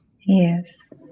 yes